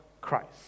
Christ